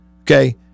Okay